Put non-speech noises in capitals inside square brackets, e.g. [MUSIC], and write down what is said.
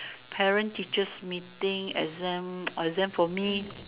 parent teachers meeting exam [NOISE] exam for me